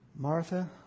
Martha